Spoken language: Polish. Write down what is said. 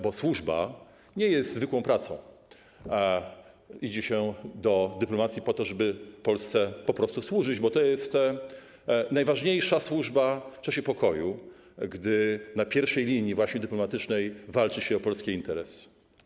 Bo służba nie jest zwykłą pracą, idzie się do dyplomacji po to, żeby Polsce służyć, bo to jest najważniejsza służba w czasie pokoju, gdy na pierwszej linii dyplomatycznej walczy się o polskie interesy.